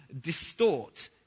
distort